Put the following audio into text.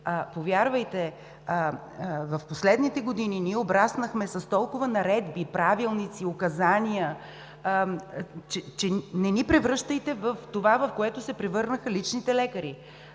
Повярвайте, в последните години ние обраснахме с толкова наредби, правилници, указания – не ни превръщайте в това, в което се превърнаха личните лекари.